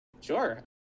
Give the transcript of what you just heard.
sure